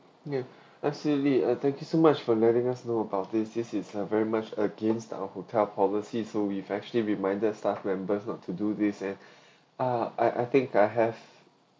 ya absolutely uh thank you so much for letting us know about this this is a very much against our hotel policy so we've actually reminded staff members not to do this and ah I I think I have